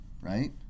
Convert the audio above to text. right